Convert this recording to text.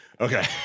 Okay